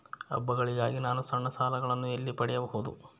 ಹಬ್ಬಗಳಿಗಾಗಿ ನಾನು ಸಣ್ಣ ಸಾಲಗಳನ್ನು ಎಲ್ಲಿ ಪಡಿಬಹುದು?